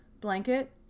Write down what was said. blanket